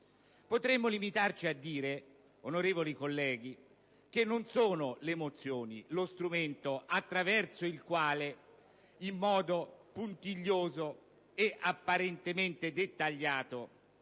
Potremmo limitarci a dire, onorevoli colleghi, che non sono le mozioni lo strumento attraverso il quale, in modo puntiglioso e apparentemente dettagliato,